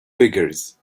beggars